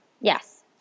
Yes